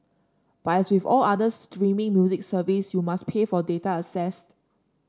but as with all other streaming music service you must pay for data accessed